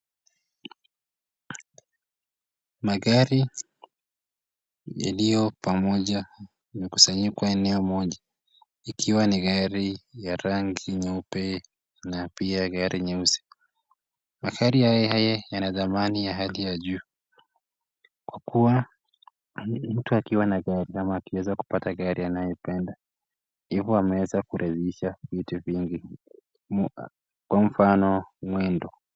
Magari yaliyo pamoja yamekusanyika eneo moja ikiwa ni gari ya rangi nyeupe na pia gari nyeusi. Magari haya haya yana thamani ya hali ya juu. Kwa kuwa mtu akiwa na gari ama akiweza kupata gari anayoipenda hivyo ameweza kurejesha vitu vingi kwa mfano mwendo.